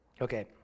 Okay